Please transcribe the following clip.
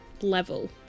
level